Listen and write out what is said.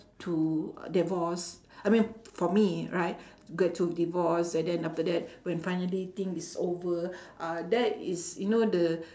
to divorce I mean for me right get through divorce and then after that when finally thing is over uh that is you know the